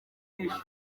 ijana